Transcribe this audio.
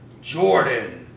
Jordan